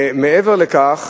מעבר לכך,